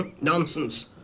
nonsense